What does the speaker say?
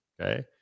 Okay